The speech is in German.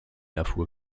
erfuhr